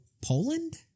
Poland